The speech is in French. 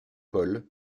paul